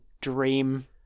dream